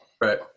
Right